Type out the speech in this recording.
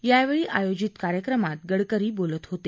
यावेळी आयोजित कार्यक्रमात गडकरी बोलत होते